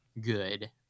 good